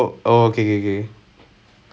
ah so that's why he went under the my school